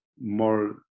more